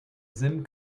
sim